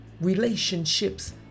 relationships